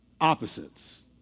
opposites